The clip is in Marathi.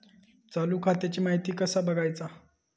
चालू खात्याची माहिती कसा बगायचा?